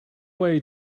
way